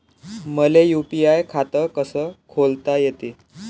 मले यू.पी.आय खातं कस खोलता येते?